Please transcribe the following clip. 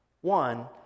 One